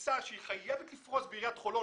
פריסה שהיא חייבת לפרוס בחולון,